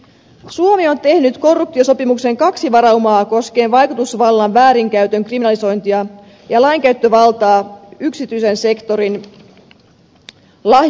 suomi on tehnyt korruptiosopimukseen kaksi varaumaa koskien vaikutusvallan väärinkäytön kriminalisointia ja lainkäyttövaltaa yksityisen sektorin lahjusrikoksissa